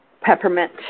peppermint